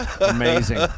Amazing